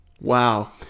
Wow